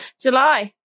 July